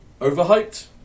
overhyped